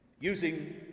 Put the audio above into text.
Using